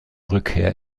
rückkehr